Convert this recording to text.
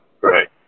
Right